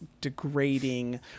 degrading